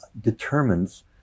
determines